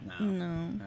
No